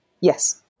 Yes